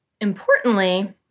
importantly